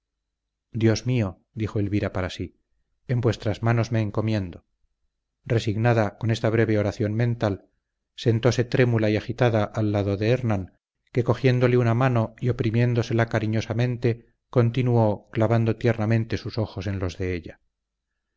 dios mío dijo elvira para sí en vuestras manos me encomiendo resignada con esta breve oración mental sentóse trémula y agitada al lado de hernán que cogiéndole una mano y oprimiéndosela cariñosamente continuó clavando tiernamente sus ojos en los de ella